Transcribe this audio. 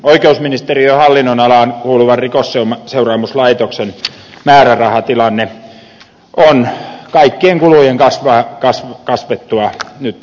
oikeusministeriön hallinnonalaan kuuluvan rikosseuraamuslaitoksen määrärahatilanne on kaikkien kulujen kasvettua nyt tosi kireä